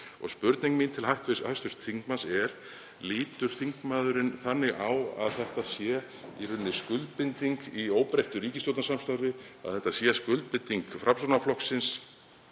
Spurning mín til hv. þingmanns er: Lítur þingmaðurinn þannig á að þetta sé í rauninni skuldbinding að óbreyttu ríkisstjórnarsamstarfi, að þetta sé skuldbinding Framsóknarflokksins